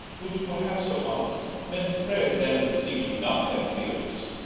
would you were halfe so honest mens prayers then would seeke you, not their feares